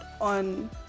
on